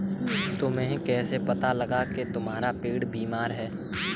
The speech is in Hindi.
तुम्हें कैसे पता लगा की तुम्हारा पेड़ बीमार है?